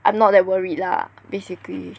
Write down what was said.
I'm not that worried lah basically